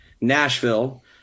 Nashville